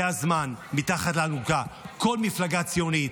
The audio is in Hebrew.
זה הזמן, מתחת לאלונקה, כל מפלגה ציונית.